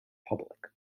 public